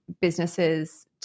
businesses